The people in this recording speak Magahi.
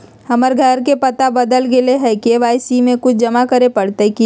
हमर घर के पता बदल गेलई हई, के.वाई.सी में कुछ जमा करे पड़तई की?